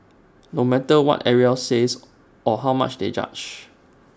no matter what everyone else says or how much they judge